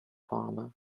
farmer